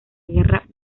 guerra